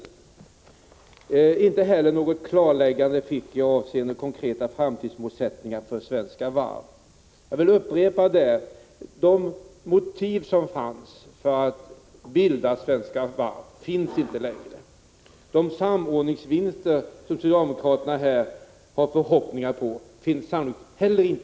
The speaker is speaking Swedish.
Jag fick inte heller något klarläggande beträffande de konkreta framtidsmålsättningarna för Svenska Varv. Jag vill upprepa: De motiv som fanns för att bilda Svenska Varv finns inte längre. De samordningsvinster som Prot. 1985/86:155 socialdemokraterna hoppas på kommer man sannolikt inte heller att uppnå.